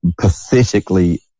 pathetically